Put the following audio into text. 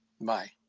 Bye